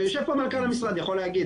יושב פה מנכ"ל המשרד, הוא יכול להגיד.